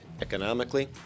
economically